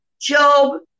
Job